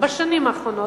בשנים האחרונות,